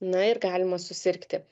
na ir galima susirgti